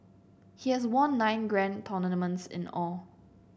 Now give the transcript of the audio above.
he has won nine grand tournaments in all